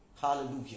Hallelujah